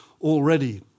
already